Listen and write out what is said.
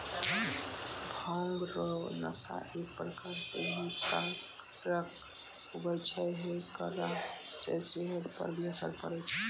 भांग रो नशा एक प्रकार से हानी कारक हुवै छै हेकरा से सेहत पर भी असर पड़ै छै